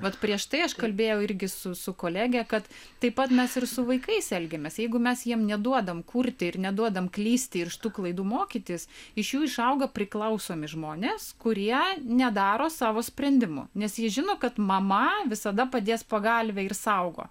vat prieš tai aš kalbėjau irgi su su kolege kad taip pat mes ir su vaikais elgiamės jeigu mes jiem neduodam kurti ir neduodam klysti iš tų klaidų mokytis iš jų išauga priklausomi žmonės kurie nedaro savo sprendimų nes jie žino kad mama visada padės pagalvę ir saugo